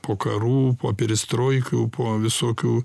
po karų po perestroikių po visokių